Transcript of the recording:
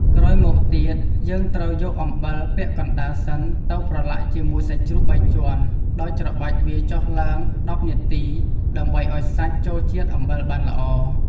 ក្រោយមកទៀត យើងត្រូវយកអំបិលពាក់កណ្ដាលសិនទៅប្រឡាក់ជាមួយសាច់ជ្រូកបីជាន់ ដោយច្របាច់វាចុះឡើង១០នាទី ដើម្បីឱ្យសាច់ចូលជាតិអំបិលបានល្អ។